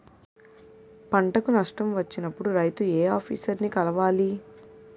పంటకు నష్టం వచ్చినప్పుడు రైతు ఏ ఆఫీసర్ ని కలవాలి?